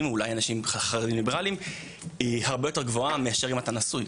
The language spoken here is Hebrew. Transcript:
או חרדים ליברלים היא הרבה יותר גבוהה מאשר אם אתה נשוי,